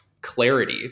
clarity